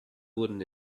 wurden